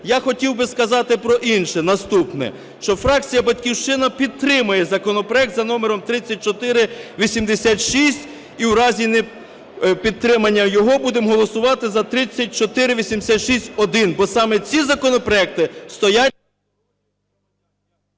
Я хотів би сказати про інше, наступне, що фракція "Батьківщина" підтримає законопроект за номером 3486 і в разі непідтримання його, будемо голосувати за 3486-1, бо саме ці законопроекти стоять…